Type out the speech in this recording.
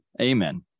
Amen